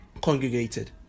congregated